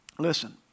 Listen